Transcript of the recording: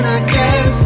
again